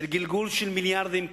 של גלגול של מיליארדים.